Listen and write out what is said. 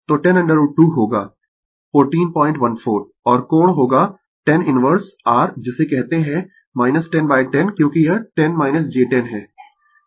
तो 10 √ 2 होगा 1414 और कोण होगा tan इनवर्स r जिसे कहते है 1010 क्योंकि यह 10 j 10 है